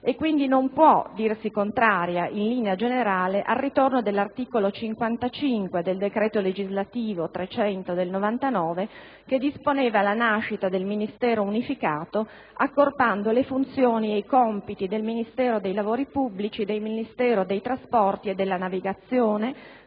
quindi dirsi contraria, in linea generale, al ritorno dell'articolo 55 del decreto legislativo n. 300 del 1999, che disponeva la nascita del Ministero unificato, accorpando le funzioni ed i compiti del Ministero dei lavori pubblici e del Ministero dei trasporti e della navigazione,